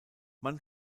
man